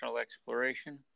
exploration